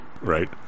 right